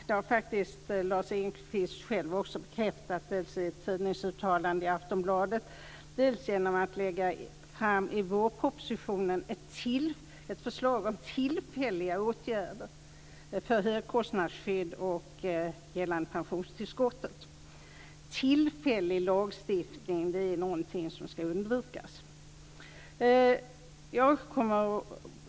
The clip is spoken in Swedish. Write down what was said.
Det har faktiskt Lars Engqvist själv bekräftat dels i tidningsuttalanden i Aftonbladet, dels genom att i vårpropositionen lägga fram ett förslag om tillfälliga åtgärder gällande högkostnadsskydd och pensionstillskott. Tillfällig lagstiftning är någonting som skall undvikas.